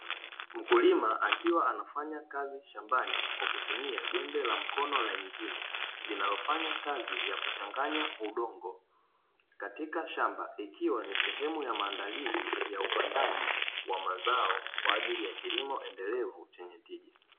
Mkulima akiwa anafanya kazi shambani kwa kutumia jembe la mkono la injini linalofanya kazi ya kuchanganya udongo katika shamba, ikiwa ni sehemu ya maandalizi ya upandaji wa mazao kwa ajili ya kilimo endelevu chenye tija.